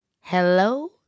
Hello